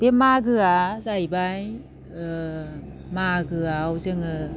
बे मागोआ जाहैबाय मागोआव जोङो